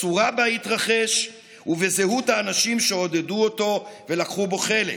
בצורה שבה התרחש ובזהות האנשים שעודדו אותו ולקחו בו חלק.